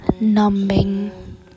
numbing